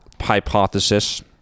hypothesis